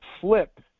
flip